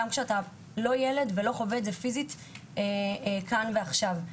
וגם כשאתה לא ילד ולא חווה את זה פיזית כאן ועכשיו.